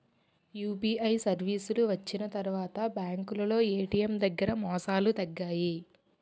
UPI సర్వీసులు వచ్చిన తర్వాత బ్యాంకులో ఏటీఎం దగ్గర మోసాలు తగ్గాయి